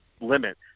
limit